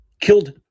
killed